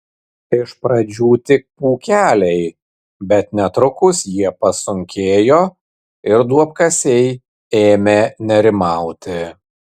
iš pradžių tik pūkeliai bet netrukus jie pasunkėjo ir duobkasiai ėmė nerimauti